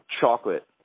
chocolate